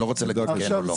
אני לא רוצה להגיד כן או לא.